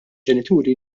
ġenituri